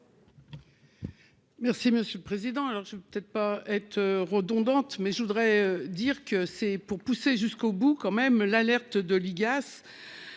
Merci Monsieur le Président. Alors je peux pas être redondantes. Mais je voudrais dire que c'est pour pousser jusqu'au bout quand même. L'alerte de l'IGAS.